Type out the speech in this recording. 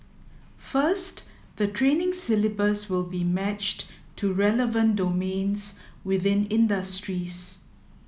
first the training syllabus will be matched to relevant domains within industries